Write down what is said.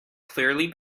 clearly